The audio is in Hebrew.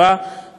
ולכן,